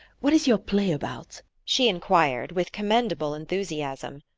what is your play about? she inquired with commendable enthusiasm.